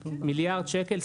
מיליארד שקל,